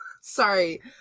sorry